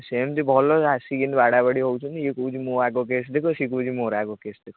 ସେମିତି ଭଲରେ ଆସିକି କେମିତି ବାଡ଼ା ବାଡ଼ି ହେଉଛନ୍ତି ସେ କହୁଛି ମୋର ଆଗ କେସ୍ ଦେଖ ସେ କହୁଛି ମୋର କେସ୍ ଆଗ ଦେଖ